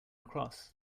across